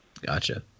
Gotcha